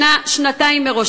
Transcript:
שנתיים מראש,